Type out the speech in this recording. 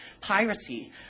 piracy